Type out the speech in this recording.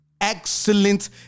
excellent